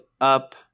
up